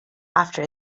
after